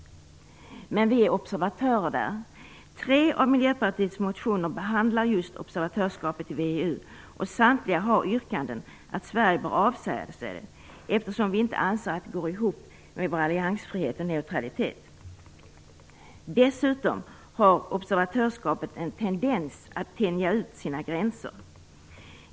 Men vi är observatörer där. Tre av Miljöpartiets motioner behandlar just observatörskapet i VEU. Samtliga har yrkanden om att Sverige bör avsäga sig, eftersom vi inte anser att det går ihop med vår alliansfrihet och neutralitet. Dessutom har observatörskapet en tendens att tänja ut sina gränser.